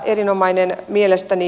erinomainen mielestäni